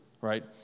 right